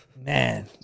Man